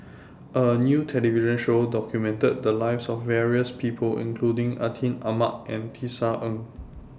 A New television Show documented The Lives of various People including Atin Amat and Tisa Ng